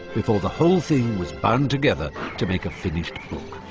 before the whole thing was bound together to make a finished book.